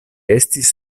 estis